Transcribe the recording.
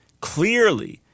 clearly